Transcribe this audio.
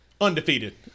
Undefeated